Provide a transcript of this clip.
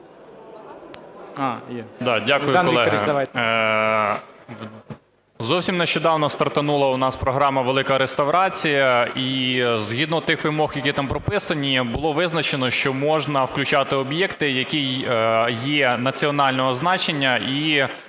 Дякую, колеги. Зовсім нещодавно стартонула в нас програма "Велика реставрація" і згідно тих вимог, які там прописані, було визначено, що можна включати об'єкти, які є національного значення